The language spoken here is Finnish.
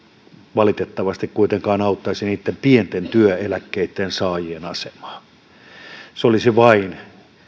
valitettavasti kuitenkaan auttaisi niitten pienten työeläkkeitten saajien asemaa se olisi vain